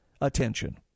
attention